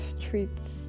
streets